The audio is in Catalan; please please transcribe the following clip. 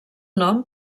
nom